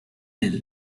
ill